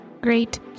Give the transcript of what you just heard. Great